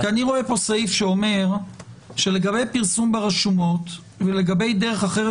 אני רואה פה סעיף שאומר שלגבי פרסום ברשומות ולגבי דרך אחרת